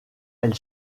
elle